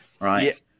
Right